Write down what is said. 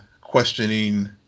questioning